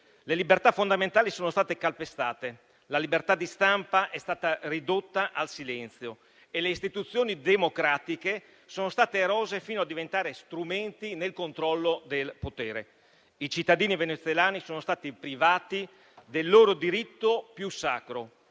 Le libertà fondamentali sono state calpestate, la stampa ridotta al silenzio e le istituzioni democratiche erose fino a diventare strumenti nel controllo del potere. I cittadini venezuelani sono stati privati del loro diritto più sacro: